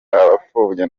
abapfobya